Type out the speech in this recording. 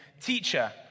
Teacher